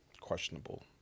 questionable